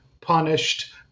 punished